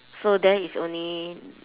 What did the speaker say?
so then it's only